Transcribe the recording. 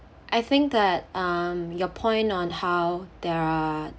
I think that um your point on how they are